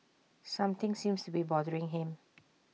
something seems to be bothering him